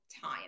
time